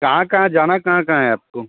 कहाँ कहाँ जाना कहाँ कहाँ है आपको